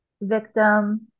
victim